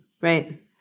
Right